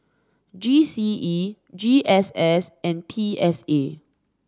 G C E G S S and P S A